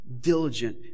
Diligent